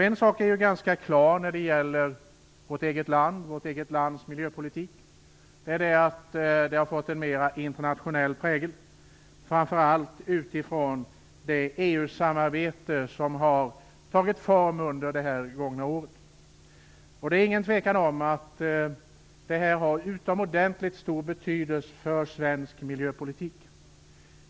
En sak är ganska klar när det gäller vårt eget lands miljöpolitik, nämligen att den har fått en mer internationell prägel, framför allt utifrån det EU-samarbete som har tagit form under det gångna året. Det råder inget tvivel om att EU-samarbetet har utomordentligt stor betydelse för svensk miljöpolitik.